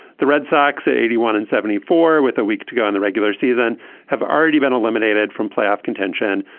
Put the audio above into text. the red sox are eighty one and seventy four with a week to go in the regular season have already been eliminated from playoff contention.